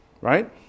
Right